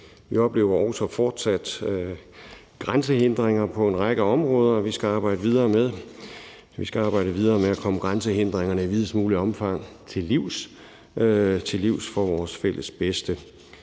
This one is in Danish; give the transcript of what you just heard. Vi oplever også fortsat grænsehindringer på en række områder, som vi skal arbejde videre med. Vi skal arbejde videre med at komme grænsehindringerne til livs i videst muligt omfang – til livs for vores fælles bedste.